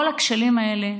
כל הכשלים האלה,